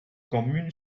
commune